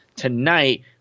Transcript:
tonight